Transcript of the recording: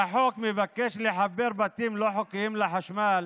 שהחוק מבקש לחבר בתים לא חוקיים לחשמל,